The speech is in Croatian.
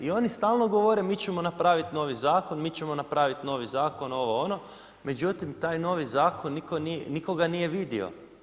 I oni stalno govore mi ćemo napravit novi zakon, mi ćemo napravit novi zakon, ovo ono, međutim taj novi zakon nitko ga nije vidio.